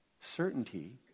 certainty